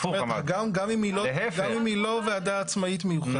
זאת אומרת גם אם היא לא ועדה עצמאית מיוחדת